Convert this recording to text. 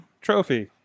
trophy